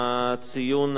השנה,